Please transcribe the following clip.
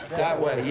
that way.